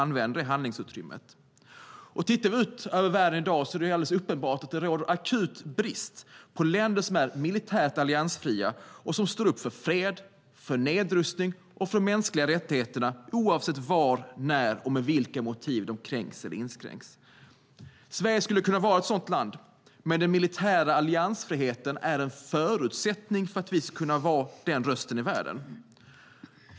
När vi tittar på hur det ser ut i världen i dag är det uppenbart att det råder akut brist på länder som är militärt alliansfria och står upp för fred, nedrustning och mänskliga rättigheter oavsett när, var och med vilka motiv de kränks eller inskränks. Sverige skulle kunna vara ett sådant land, men den militära alliansfriheten är en förutsättning för att vi ska kunna vara den rösten i världen.